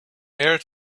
heir